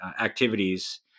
activities